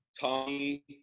Tommy